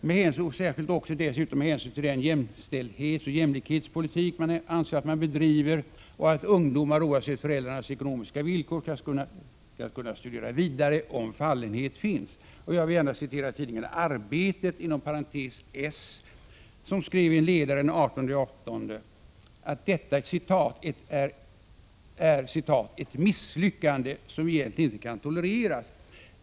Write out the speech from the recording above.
Det är nedslående för dem också med hänsyn till den jämställdhetsoch jämlikhetspolitik de anser sig bedriva för att alla ungdomar, oavsett föräldrarnas ekonomiska villkor, skall kunna studera vidare om fallenhet finns. Jag vill i det sammanhanget gärna citera tidningen Arbetet , som skrev i en ledare den 18 augusti att detta är ”ett misslyckande som egentligen inte kan tolereras”.